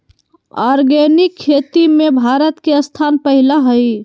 organic खेती में भारत के स्थान पहिला हइ